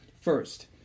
first